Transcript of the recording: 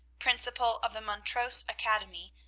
principal of the montrose academy,